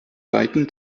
weiten